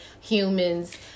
Humans